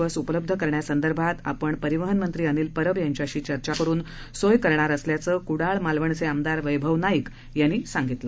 बस उपलब्ध करण्यासंदर्भात आपण परिवहन मंत्री अनिल परब यांच्याशी चर्चा करून सोय करणार असल्याचं कुडाळ मालवणच आमदार वैभव नाईक यांनी सांगितलं